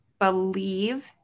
believe